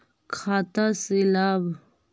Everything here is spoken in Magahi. खाता से लाभ?